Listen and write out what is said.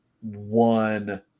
one